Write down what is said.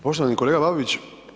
Poštovani kolega Babić.